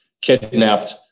kidnapped